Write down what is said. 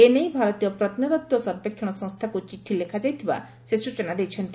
ଏ ନେଇ ଭାରତୀୟ ପ୍ରତ୍ନତତ୍ତ୍ ସର୍ବେକ୍ଷଣ ସଂସ୍ତାକୁ ଚିଠି ଲେଖାଯାଇଥିବା ସେ ସୂଚନା ଦେଇଛନ୍ତି